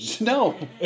No